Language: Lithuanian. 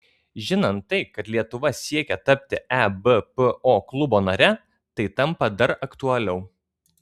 žinant tai kad lietuva siekia tapti ebpo klubo nare tai tampa dar aktualiau